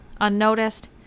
unnoticed